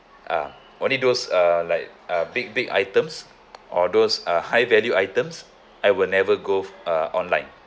ah only those uh like uh big big items or those uh high value items I will never go uh online